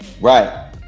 Right